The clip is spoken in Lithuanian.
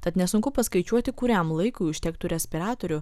tad nesunku paskaičiuoti kuriam laikui užtektų respiratorių